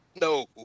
No